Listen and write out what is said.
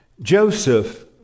Joseph